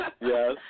Yes